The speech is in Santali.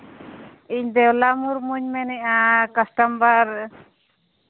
ᱤᱧ ᱫᱮᱣᱞᱟ ᱢᱩᱨᱢᱩᱧ ᱢᱮᱱᱮᱫᱼᱟ ᱠᱟᱥᱴᱚᱢᱟᱨ